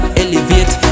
elevate